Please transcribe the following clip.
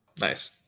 Nice